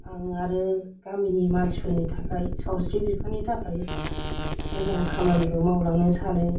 आं आरो गामिनि मानसिफोरनि थाखाय सावस्रि बिफाननि थाखाय मोजां खामानिबो मावलांनो सानो